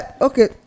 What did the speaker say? okay